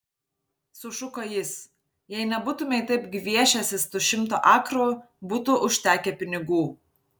sušuko jis jei nebūtumei taip gviešęsis tų šimto akrų būtų užtekę pinigų